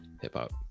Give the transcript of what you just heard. hip-hop